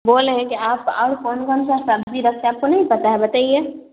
बोल रहे हैं कि आप और कौन कौन सा सब्जी रखते हैं आपको नहीं पता है बताइए